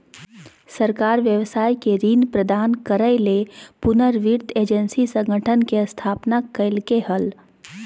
सरकार व्यवसाय के ऋण प्रदान करय ले पुनर्वित्त एजेंसी संगठन के स्थापना कइलके हल